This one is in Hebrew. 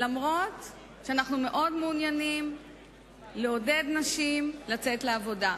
אף-על-פי שאנחנו מאוד מעוניינים לעודד נשים לצאת לעבודה.